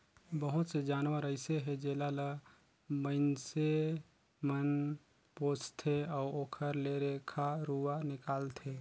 बहुत से जानवर अइसे हे जेला ल माइनसे मन पोसथे अउ ओखर ले रेखा रुवा निकालथे